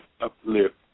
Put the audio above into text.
uplift